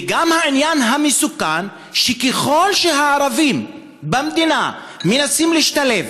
וגם העניין המסוכן שככל שהערבים במדינה מנסים להשתלב,